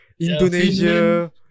Indonesia